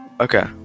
Okay